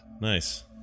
Nice